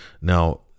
Now